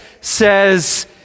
says